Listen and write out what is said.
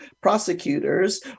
prosecutors